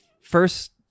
first